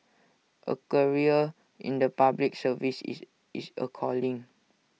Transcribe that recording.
A career in the Public Service is is A calling